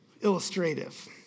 illustrative